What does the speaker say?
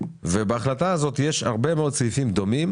ובהחלטה הזאת יש הרבה מאוד סעיפים דומים